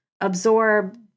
absorb